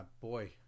boy